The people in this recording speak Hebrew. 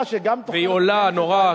והיא עולה נורא,